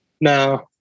No